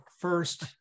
first